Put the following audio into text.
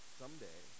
someday